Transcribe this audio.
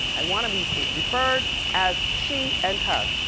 i wanna be referred as she and her.